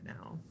now